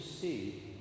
see